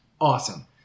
Awesome